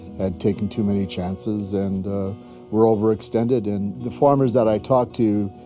had taken too many chances and were overextended. and the farmers that i talk to,